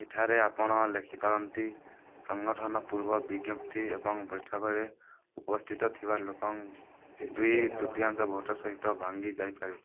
ଏଠାରେ ଆପଣ ଲେଖିପାରନ୍ତି ସଂଗଠନ ପୂର୍ବ ବିଜ୍ଞପ୍ତି ଏବଂ ବୈଠକରେ ଉପସ୍ଥିତ ଥିବା ଲୋକଙ୍କ ଦୁଇ ତୃତୀୟାଂଶ ଭୋଟ୍ ସହିତ ଭାଙ୍ଗି ଯାଇପାରେ